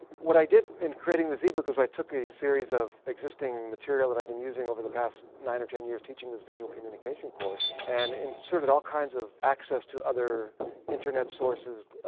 what i did in creating this ebook is i took a series of existing material that i've been using over the past nine or ten years teaching this visual communication course and inserted all kinds of access to other internet sources,